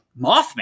Mothman